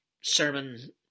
sermon